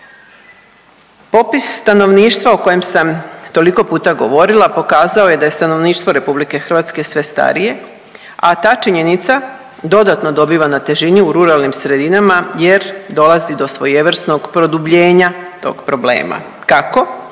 Popis stanovništva o kojem sam toliko puta govorila pokazao je da je stanovništvo RH sve starije, a ta činjenica dodatno dobiva na težini u ruralnim sredinama jer dolazi do svojevrsnog produbljenja tog problema. Kako?